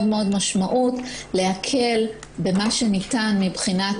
יש מאוד מאוד מאוד משמעות להקל במה שניתן מבחינת